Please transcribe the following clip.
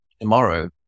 Tomorrow